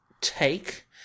take